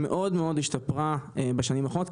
מאוד מאוד השתפרה בשנים האחרונות.